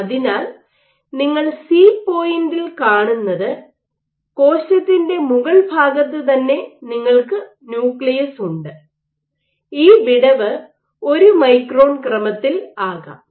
അതിനാൽ നിങ്ങൾ സി പോയിന്റിൽ കാണുന്നത് കോശത്തിൻറെ മുകൾഭാഗത്ത് തന്നെ നിങ്ങൾക്ക് ന്യൂക്ലിയസ് ഉണ്ട് ഈ വിടവ് 1 മൈക്രോൺ ക്രമത്തിൽ ആകാം